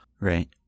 Right